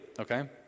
Okay